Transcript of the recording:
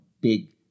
big